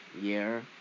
Year